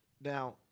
Now